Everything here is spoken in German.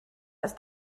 ist